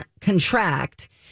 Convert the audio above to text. contract